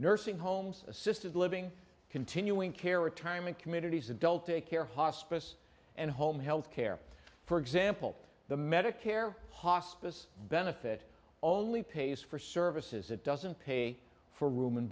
nursing homes assisted living continuing care retirement communities adult daycare hospice and home health care for example the medicare hospice benefit or only pays for services it doesn't pay for